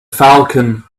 falcon